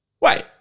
Wait